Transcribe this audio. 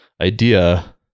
idea